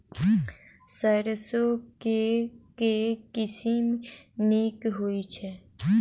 सैरसो केँ के किसिम नीक होइ छै?